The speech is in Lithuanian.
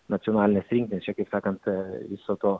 nacionalinės rinktinės čia kaip sakant viso to